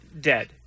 Dead